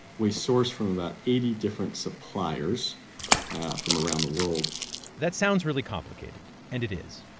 we source from about eighty different suppliers from around the world that sounds really complicated, and it is.